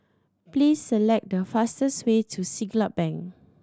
please select the fastest way to Siglap Bank